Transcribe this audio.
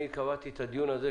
אני קבעתי את הדיון הזה,